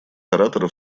ораторов